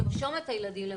לרשום את הילדים.